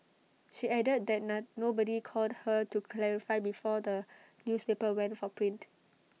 she added that the nobody called her to clarify before the newspaper went for print